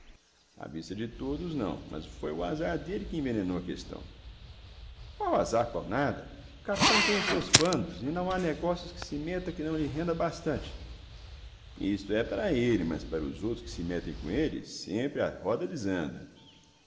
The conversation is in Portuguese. à vista de todos não mas foi o azar dele que envenenou a questão qual azar qual nada o capitão tem os seus quandos e não há negócios que se meta que não lhe renda bastante isto é para ele mas para os outros que se metem com ele sempre a roda desanda